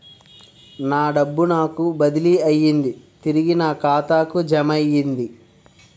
నా డబ్బు నాకు బదిలీ అయ్యింది తిరిగి నా ఖాతాకు జమయ్యింది